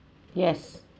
yes